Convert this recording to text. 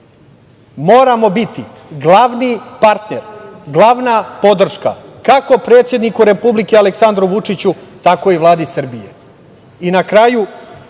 Moramo biti glavni partner, glavna podrška kako predsedniku Republike, Aleksandru Vučiću, tako i Vladi Srbije.I,